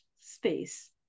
space